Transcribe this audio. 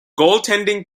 goaltending